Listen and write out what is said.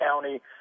county